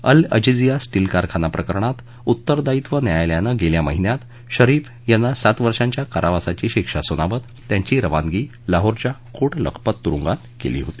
अल Azizia steel कारखाना प्रकरणात उत्तरदायित्व न्यायालयानं गेल्या महिन्यात शरीफ यांना सात वर्षांच्या कारावासाची शिक्षा सुनावत त्यांची रवानगी लाहोरच्या कोट लखपत तुरुंगात केली होती